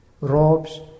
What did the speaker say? robes